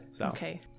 Okay